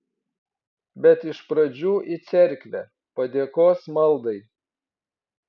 bet iš pradžių į cerkvę padėkos maldai